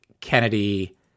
Kennedy